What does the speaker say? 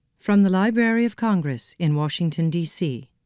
from the library of congress in washington d c.